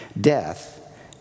Death